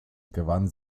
gewann